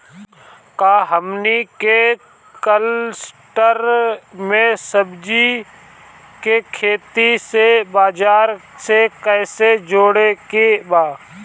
का हमनी के कलस्टर में सब्जी के खेती से बाजार से कैसे जोड़ें के बा?